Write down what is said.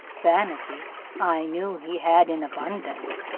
vanity i knew he had in abundance,